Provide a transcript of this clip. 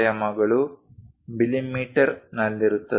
ನಲ್ಲಿರುತ್ತದೆ